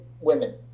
women